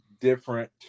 different